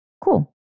Cool